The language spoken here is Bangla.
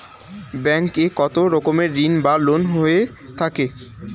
ব্যাংক এ কত রকমের ঋণ বা লোন হয়ে থাকে?